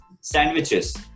sandwiches